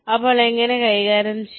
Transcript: അപ്പോൾ എങ്ങനെ കൈകാര്യം ചെയ്യും